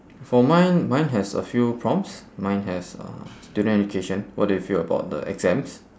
for mine mine has a few prompts mine has uh student education what do you feel about the exams